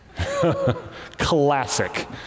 Classic